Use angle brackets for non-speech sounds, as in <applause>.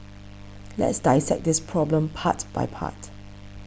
<noise> let's dissect this problem part by part